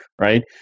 right